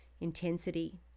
intensity